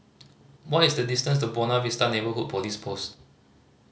what is the distance to Buona Vista Neighbourhood Police Post